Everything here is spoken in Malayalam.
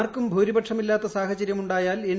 ആർക്കും ഭൂരിപക്ഷമില്ലാത്ത സാഹചര്യമുണ്ടായാൽ എൻ